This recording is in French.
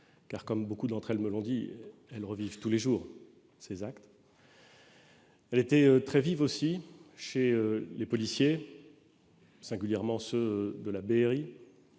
qui, comme beaucoup d'entre elles me l'ont dit, revivent tous les jours ces attaques. L'émotion était très forte aussi chez les policiers, singulièrement ceux de la